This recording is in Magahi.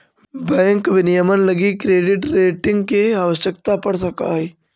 बैंक विनियमन लगी क्रेडिट रेटिंग के आवश्यकता पड़ सकऽ हइ